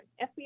FBI